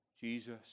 Jesus